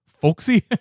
folksy